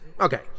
Okay